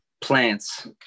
plants